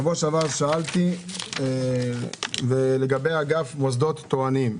שבוע שעבר שאלתי לגבי אגף מוסדות תורניים.